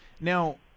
Now